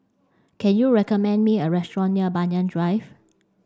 can you recommend me a restaurant near Banyan Drive